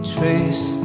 Trace